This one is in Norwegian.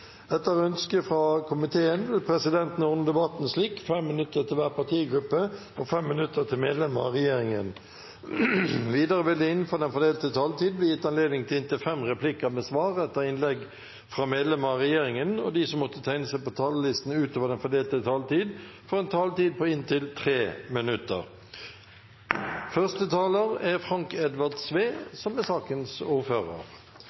Etter ønske fra kommunal- og forvaltningskomiteen vil presidenten ordne debatten slik: 5 minutter til hver partigruppe og 5 minutter til medlemmer av regjeringen. Videre vil det – innenfor den fordelte taletid – bli gitt anledning til inntil fem replikker med svar etter innlegg fra medlemmer av regjeringen. Og de som måtte tegne seg på talerlisten utover den fordelte taletid, får en taletid på inntil 3 minutter.